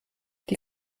die